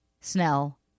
Snell